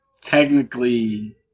technically